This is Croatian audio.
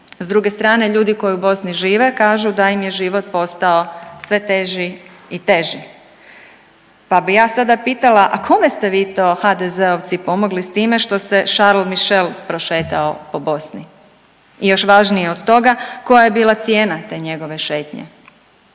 S druge strane ljudi koji u Bosni žive kažu da im je život postao sve teži i teži. Pa bi ja sada pitala, a kome ste vi to HDZ-ovci pomogli s time što se Charl Michel prošetao po Bosni? I još važnije od toga koja je bila cijena te njegove šetnje?